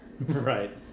Right